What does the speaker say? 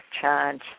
charge